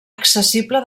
accessible